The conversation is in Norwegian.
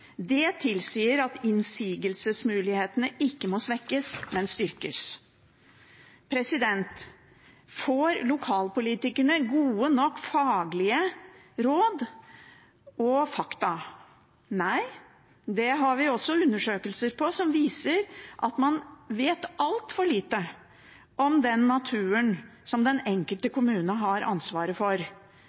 Det tilsier at innsigelsesmulighetene ikke må svekkes, men styrkes. Får lokalpolitikerne gode nok faglige råd og fakta? Nei, det har vi også undersøkelser på som viser at man vet altfor lite om den naturen som den enkelte kommune har ansvaret for.